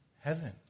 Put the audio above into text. heaven